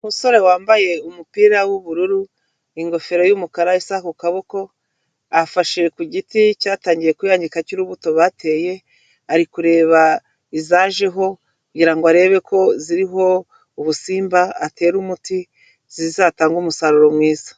Umusore wambaye umupira w'ubururu, ingofero y'umukara, isaha ku kaboko, afashe ku giti cyatangiye kuyangika cy'urubuto bateye, ari kureba izajeho kugira ngo arebe ko ziriho ubusimba, atera umuti zizatange umusaruro mwiza.